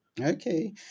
okay